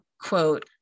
quote